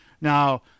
now